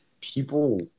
people